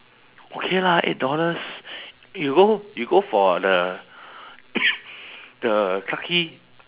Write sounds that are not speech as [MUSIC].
okay lah eight dollars you go you go for the [COUGHS] the clarke quay